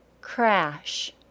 Crash